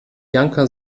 janka